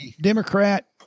Democrat